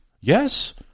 Yes